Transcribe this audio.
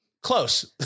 Close